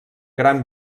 gran